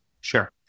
Sure